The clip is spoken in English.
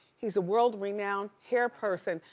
he's a world-renowned hair person.